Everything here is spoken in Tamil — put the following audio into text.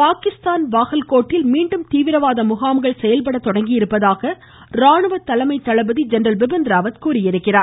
பாகிஸ்தான் பாகல்கோட்டில் மீண்டும் தீவிரவாத முகாம்கள் செயல்பட தொடங்கியிருப்பதாக இந்திய ராணுவ தலைமை தளபதி ஜென்ரல் பிபின் ராவத் தெரிவித்திருக்கிறார்